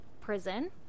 prison